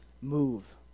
move